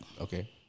okay